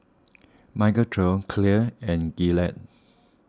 Michael Trio Clear and Gillette